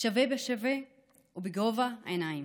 שווה בשווה ובגובה העיניים.